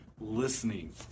listening